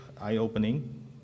eye-opening